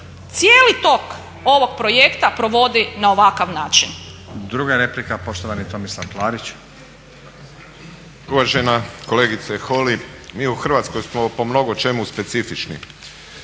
cijeli tok ovog projekta provodi na ovakav način.